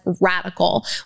radical